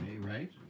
right